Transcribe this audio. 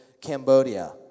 Cambodia